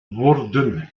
worden